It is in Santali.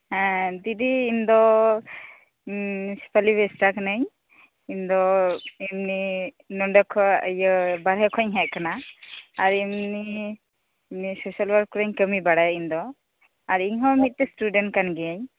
ᱦᱮᱸ ᱫᱤᱫᱤ ᱤᱧᱫᱚᱥᱮᱯᱷᱟᱞᱤ ᱵᱮᱥᱨᱟ ᱠᱟᱹᱱᱟᱹᱧ ᱤᱧᱫᱚ ᱮᱢᱱᱤ ᱱᱚᱰᱮᱠᱷᱚᱱ ᱤᱭᱟᱹ ᱵᱟᱨᱦᱮ ᱠᱷᱚᱡ ᱤᱧ ᱦᱮᱡ ᱟᱠᱟᱱᱟ ᱟᱨ ᱮᱢᱱᱤ ᱥᱚᱥᱟᱞ ᱳᱣᱟᱨᱠ ᱠᱚᱨᱮᱧ ᱠᱟᱹᱢᱤ ᱵᱟᱲᱟᱭᱟ ᱤᱧᱫᱚ ᱟᱨ ᱤᱧᱦᱚᱸ ᱢᱤᱫᱴᱮᱱ ᱥᱴᱩᱰᱮᱱ ᱠᱟᱱᱜᱤᱭᱟᱹᱧ